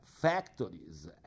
factories